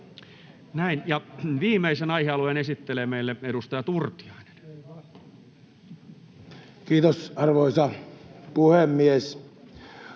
erosi. Viimeisen aihealueen esittelee meille edustaja Turtiainen. Kiitos, arvoisa puhemies!